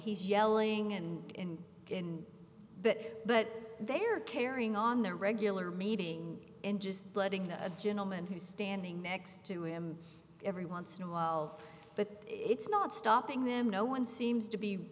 he's yelling and in in bit but they are carrying on their regular meeting in just letting the a gentleman who's standing next to him every once in a while but it's not stopping them no one seems to be